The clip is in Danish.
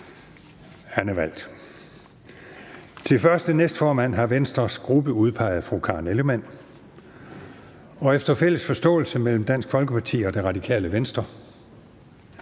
Til første næstformand har Venstres gruppe udpeget fru Karen Ellemann. Efter fælles forståelse mellem Dansk Folkeparti og Radikale Venstre,